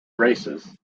races